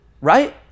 Right